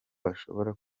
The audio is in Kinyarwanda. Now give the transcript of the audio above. bashobora